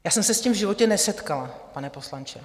Já jsem se s tím v životě nesetkala, pane poslanče.